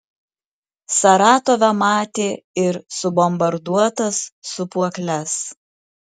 saratove matė ir subombarduotas sūpuokles